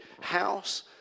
house